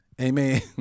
Amen